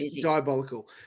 diabolical